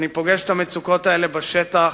אני פוגש את המצוקות האלה בשטח.